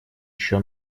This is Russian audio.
еще